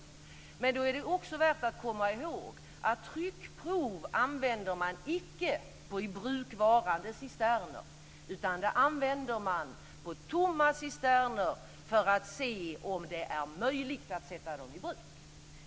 Men då är det också värt att komma ihåg att tryckprov använder man icke på i bruk varande cisterner, utan det använder man på tomma cisterner för att se om det är möjligt att ta dem i bruk.